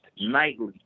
nightly